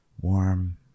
warm